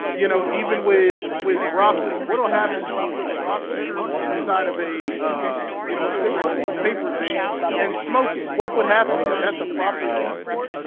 you know, even with with broccoli what will happen if i put broccoli inside of a ah you know a cigarette paper thing and smoke it what would happen? is that the proper use for it?